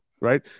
right